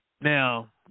Now